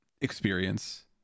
experience